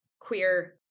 queer